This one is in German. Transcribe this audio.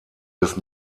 des